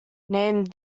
named